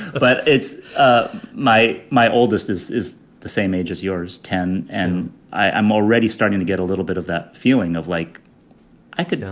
but it's ah my my oldest is is the same age as yours ten. and i'm already starting to get a little bit of that feeling of like i could do.